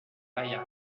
vaya